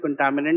contaminant